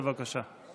בבקשה, אדוני.